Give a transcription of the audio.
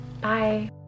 bye